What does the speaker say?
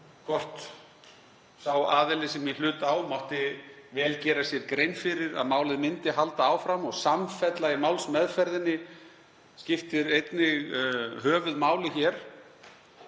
hvort sá aðili sem í hlut á mátti vel gera sér grein fyrir að málið myndi halda áfram og samfella í málsmeðferðinni skiptir einnig höfuðmáli.